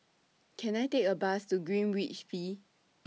Can I Take A Bus to Greenwich V